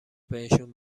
بهشون